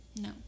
No